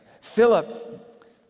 Philip